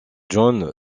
john